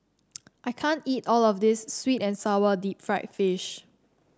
I can't eat all of this sweet and sour Deep Fried Fish